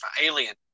Alien